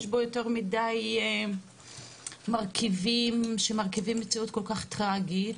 יש בו יותר מדיי מרכיבים שמרכיבים מציאות כל כך טרגית.